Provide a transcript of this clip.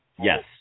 Yes